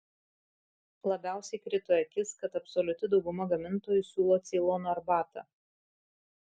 labiausiai krito į akis kad absoliuti dauguma gamintojų siūlo ceilono arbatą